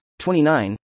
29